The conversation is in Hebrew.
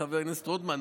חבר הכנסת רוטמן,